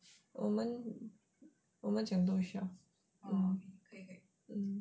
我们我们讲到